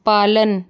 पालन